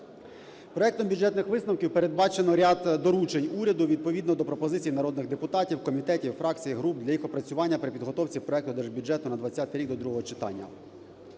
Проектом бюджетних висновків передбачено ряд доручень уряду відповідно до пропозицій народних депутатів, комітетів, фракцій, груп для їх опрацювання при підготовці проекту Держбюджету на 20-й рік до другого читання.